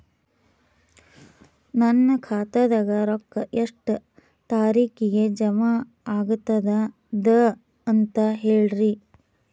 ನನ್ನ ಖಾತಾದಾಗ ರೊಕ್ಕ ಎಷ್ಟ ತಾರೀಖಿಗೆ ಜಮಾ ಆಗತದ ದ ಅಂತ ಹೇಳರಿ?